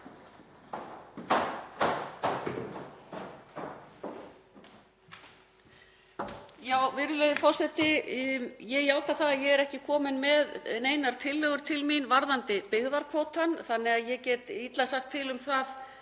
Virðulegi forseti. Ég játa það að ég er ekki komin með neinar tillögur til mín varðandi byggðakvótann þannig að ég get illa sagt til um það